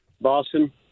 boston